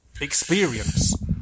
experience